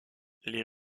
les